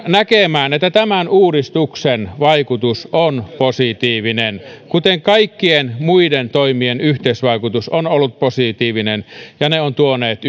näkemään että tämän uudistuksen vaikutus on positiivinen kuten kaikkien muiden toimien yhteisvaikutus on ollut positiivinen ne ovat tuoneet